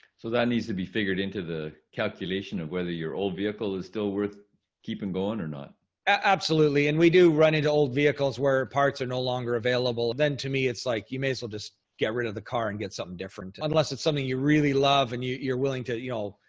so that needs to be figured into the calculation of whether your old vehicle is still worth keeping going or not. bernie absolutely. and we do run into old vehicles where parts are no longer available. then to me, it's like, you may as well just get rid of the car and get something different. unless it's something you really love and you you're willing to, you know,